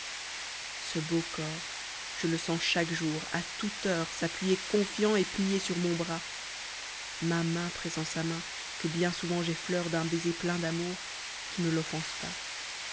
ce beau corps je le sens chaque jour à toute heure s'appuyer confiant et plier sur mon bras ma main pressant sa main que bien souvent j'effleure d'un baiser plein d'amour qui ne l'offense pas